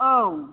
औ